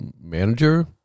manager